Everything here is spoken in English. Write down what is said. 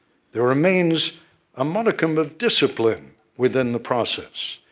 there remains a modicum of discipline within the process.